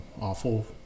awful